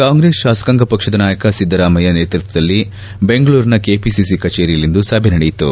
ಕಾಂಗ್ರೆಸ್ ಶಾಸಕಾಂಗ ಪಕ್ಷದ ನಾಯಕ ಸಿದ್ದರಾಮಯ್ಯ ನೇತೃತ್ವದಲ್ಲಿ ಬೆಂಗಳೂರಿನ ಕೆಪಿಸಿ ಕಚೇರಿಯಲ್ಲಿಂದು ಸಭೆ ನಡೆಯುತು